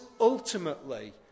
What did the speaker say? ultimately